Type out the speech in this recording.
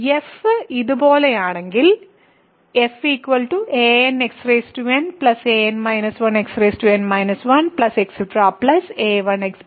f ഇതുപോലെയാണെങ്കിൽ f anxn an 1xn 1a1x a0